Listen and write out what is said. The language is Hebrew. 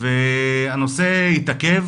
והנושא התעכב